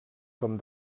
com